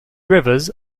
rivers